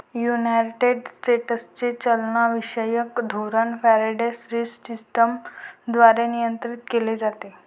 United स्टेट्सचे चलनविषयक धोरण फेडरल रिझर्व्ह सिस्टम द्वारे नियंत्रित केले जाते